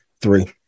three